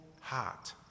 heart